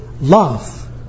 love